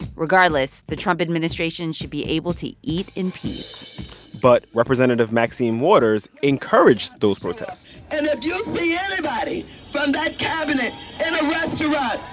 regardless, the trump administration should be able to eat in peace but representative maxine waters encouraged those protests and if you see anybody from that cabinet in a restaurant,